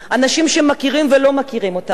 אנשים שמכירים ולא מכירים אותן,